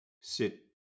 Sit